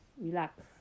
Relax